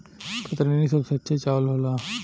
कतरनी सबसे अच्छा चावल होला का?